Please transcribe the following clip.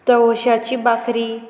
तवशाची भाकरी